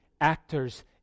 actors